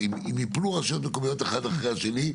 אם יפלו רשויות מקומיות אחת אחרי השנייה,